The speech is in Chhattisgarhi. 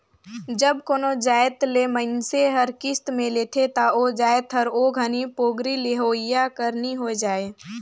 जब कोनो जाएत ल मइनसे हर किस्त में लेथे ता ओ जाएत हर ओ घनी पोगरी लेहोइया कर नी होए जाए